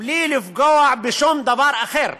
בלי לפגוע בשום דבר אחר.